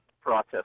process